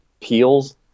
peels